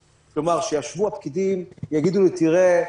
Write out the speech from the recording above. כלומר, שישבו הפקידים, יגידו לי: תראה,